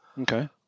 Okay